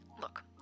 Look